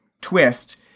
twist